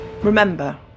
remember